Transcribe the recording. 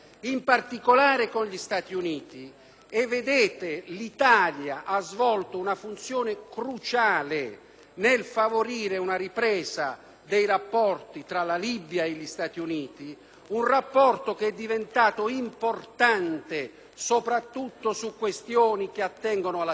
nel favorire una ripresa dei rapporti tra la Libia e gli Stati Uniti, che sono diventati importanti, soprattutto su questioni che attengono alla sicurezza e alla lotta al fondamentalismo islamico: è un merito del nostro Paese.